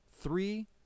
Three